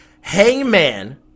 Hangman